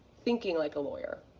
thinking like a lawyer,